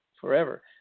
forever